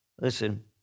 Listen